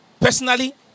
personally